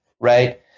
right